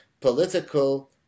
political